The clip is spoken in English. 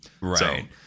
Right